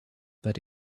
that